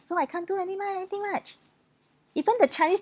so I can't do any much any thing much even the chinese